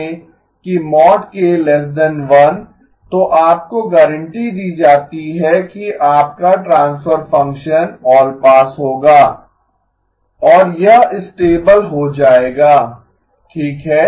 1 तो आपको गारंटी दी जाती है कि आपका ट्रांसफर फंक्शन ऑलपास होगा और यह स्टेबल हो जाएगा ठीक है